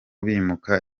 bimuka